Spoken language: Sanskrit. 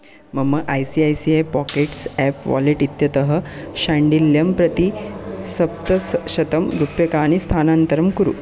मम I C I C I Pockets app wallet इत्यतः शाण्डिल्यं प्रति सप्त शतं रूप्यकाणि स्थानान्तरं कुरु